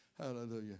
Hallelujah